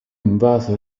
invaso